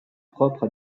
propre